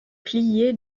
plié